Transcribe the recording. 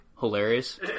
Hilarious